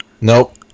Nope